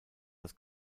das